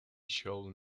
should